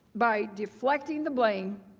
by deflecting the blame